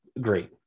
great